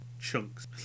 chunks